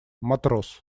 матрос